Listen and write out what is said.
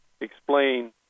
explain